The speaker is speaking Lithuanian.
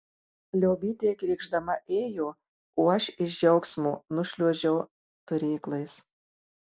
liobytė krykšdama ėjo o aš iš džiaugsmo nušliuožiau turėklais